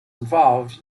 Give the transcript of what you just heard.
involved